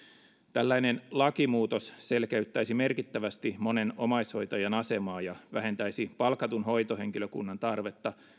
tällainen lakimuutos selkeyttäisi merkittävästi monen omaishoitajan asemaa ja vähentäisi palkatun hoitohenkilökunnan tarvetta